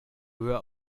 were